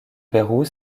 pérou